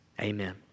amen